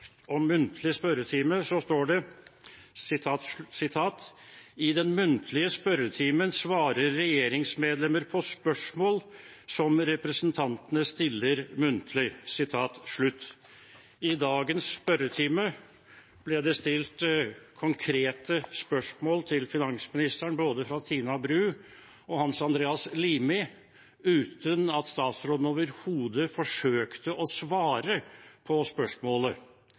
om muntlig spørretime, står det: «I den muntlige spørretimen svarer regjeringsmedlemmer på spørsmål som representantene stiller muntlig.» I dagens spørretime ble det stilt konkrete spørsmål til finansministeren både fra Tina Bru og fra Hans Andreas Limi uten at statsråden overhodet forsøkte å svare på